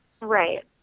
Right